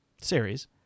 series